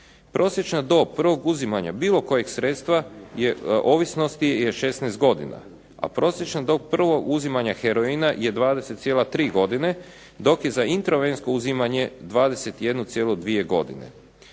Prosječna dob prvog uzimanja bilo kojeg sredstva ovisnosti je 16 godina, a prosječna dob prvog uzimanja heroina je 20,3 godine dok je za intravensko uzimanje 21,2 godine.